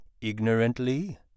ignorantly